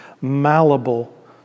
malleable